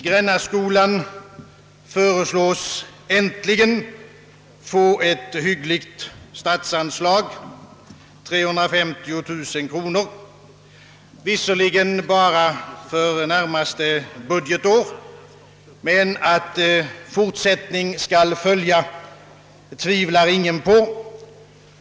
Grännaskolan föreslås äntligen få ett hyggligt statsanslag, 350 000 kronor — visserligen bara för närmaste budgetår, men att fortsättning skall följa, tvivlar ingen på.